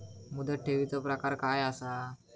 मुदत ठेवीचो प्रकार काय असा?